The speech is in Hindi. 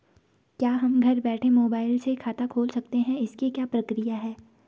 क्या हम घर बैठे मोबाइल से खाता खोल सकते हैं इसकी क्या प्रक्रिया है?